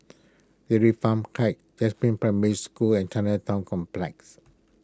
Dairy Farm Heights Jasmine Primary School and Chinatown Complex